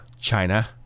China